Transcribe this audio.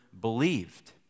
believed